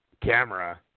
camera